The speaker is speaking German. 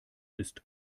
ist